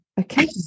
Okay